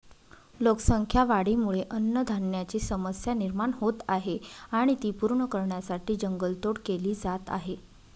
लोकसंख्या वाढीमुळे अन्नधान्याची समस्या निर्माण होत आहे आणि ती पूर्ण करण्यासाठी जंगल तोड केली जात आहे